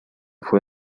fue